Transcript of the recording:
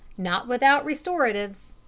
not without restoratives.